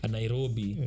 Nairobi